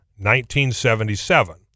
1977